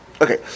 okay